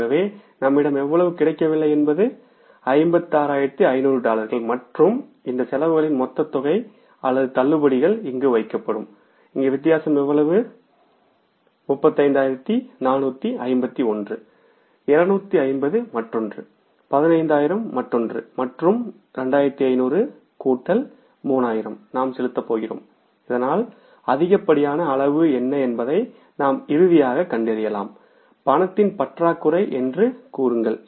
ஆகவே நம்மிடம் எவ்வளவு கிடைக்கவில்லை என்பது 56500 டாலர்கள் மற்றும் இந்த செலவுகளின் மொத்த தொகை அல்லது தள்ளுபடிகள் இங்கு வைக்கப்படும் இங்கு வித்தியாசம் எவ்வளவு வரும் 35451 250 மற்றொன்று 15000 மற்றொன்று மற்றும் 2500 கூட்டல் 3000 நாம் செலுத்தப் போகிறோம் இதனால் அதிகப்படியான அளவு என்ன என்பதை நாம் இறுதியாகக் கண்டறியலாம் ரொக்கத்தின் பற்றாக்குறை என்று கூறலாம்